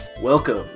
Welcome